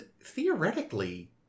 theoretically